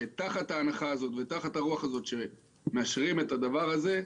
ותחת ההנחה הזאת ותחת הרוח הזאת שמאשרים את הדבר הזה,